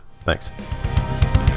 Thanks